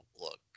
look